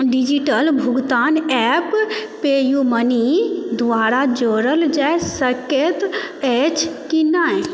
digital भुगतान app PayU Money द्वारा जोड़ल जा सकैत अछि की नै